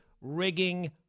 rigging